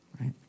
right